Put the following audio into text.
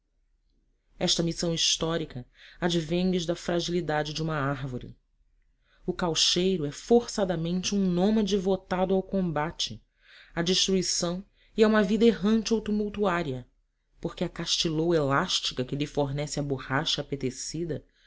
esta missão histórica advém lhes da fragilidade de uma árvore o caucheiro é forçadamente um nômade votado ao combate à destruição e a uma vida errante ou tumulturária porque a castilloa elastica que lhe fornece a borracha